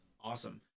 awesome